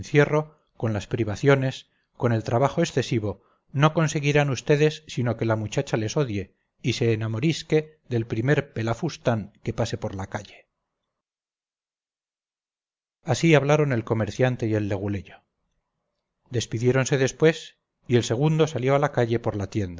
con las privaciones con el trabajo excesivo no conseguirán vds sino que la muchacha les odie y se enamorisque del primer pelafustán que pase por la calle así hablaron el comerciante y el leguleyo despidiéronse después y el segundo salió a la calle por la tienda